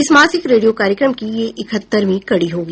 इस मासिक रेडियो कार्यक्रम की यह इकहत्तरवीं कड़ी होगी